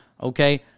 Okay